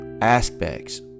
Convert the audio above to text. aspects